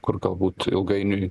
kur galbūt ilgainiui